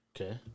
okay